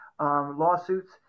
lawsuits